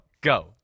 go